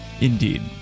Indeed